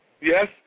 Yes